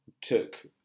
took